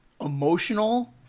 Emotional